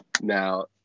Now